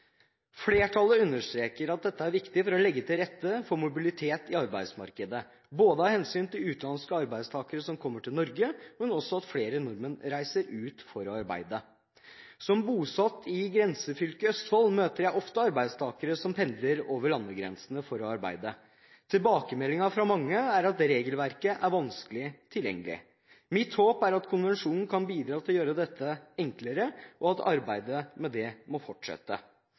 Flertallet understreker at dette er viktig for å legge til rette for mobilitet i arbeidsmarkedet, både av hensyn til utenlandske arbeidstakere som kommer til Norge, og at flere nordmenn reiser ut for å arbeide. Som bosatt i grensefylket Østfold møter jeg ofte arbeidstakere som pendler over landegrensene for å arbeide. Til bakemeldingen fra mange er at regelverket er vanskelig tilgjengelig. Mitt håp er at konvensjonen kan bidra til å gjøre dette enklere, og at arbeidet med det må fortsette.